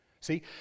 See